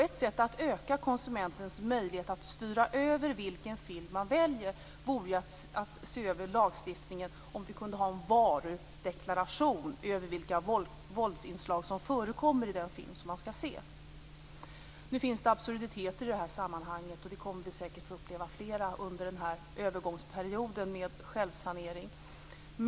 Ett sätt att öka konsumenternas möjlighet att styra vilken film de väljer att se vore att se över lagstiftningen, t.ex. att undersöka om vi kunde ha en varudeklaration över vilka våldsinslag som förekommer i den film som vi skall se. Nu finns det absurditeter i detta sammanhang, och vi kommer säkert att få uppleva flera sådana under denna övergångsperiod med självsanering.